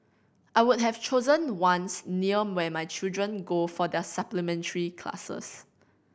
I would have chosen ones near where my children go for their supplementary classes